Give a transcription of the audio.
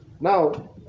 Now